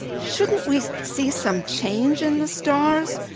shouldn't we see some change in the stars?